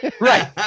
right